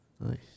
Nice